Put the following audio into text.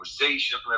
conversation